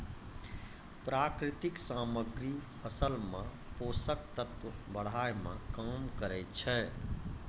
प्राकृतिक सामग्री फसल मे पोषक तत्व बढ़ाय में काम करै छै